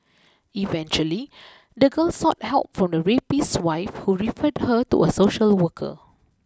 eventually the girl sought help from the rapist's wife who referred her to a social worker